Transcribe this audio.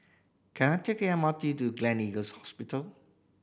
can I take M R T to Gleneagles Hospital